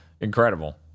Incredible